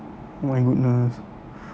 oh my goodness